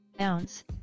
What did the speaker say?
ounce